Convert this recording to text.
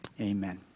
Amen